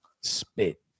spit